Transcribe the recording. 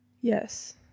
Yes